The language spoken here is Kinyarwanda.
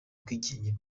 ubwigenge